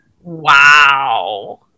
Wow